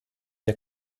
der